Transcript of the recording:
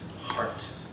heart